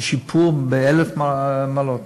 שיפור באלף מעלות.